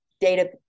data